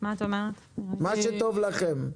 מה שטוב לכם,